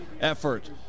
effort